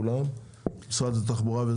משרד התחבורה,